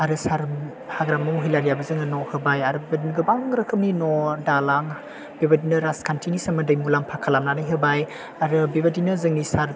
आरो सार हाग्रामा महिलारिआबो जोंनो न' होबाय आरो बेबायदिनो गोबां रोखोमनि न' दालां बेबायदिनो राजखान्थिनि सोमोन्दै मुलाम्फा खालामनानै होबाय आरो बेबादिनो जोंनि सार